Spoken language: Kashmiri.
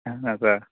اَہَن حظ آ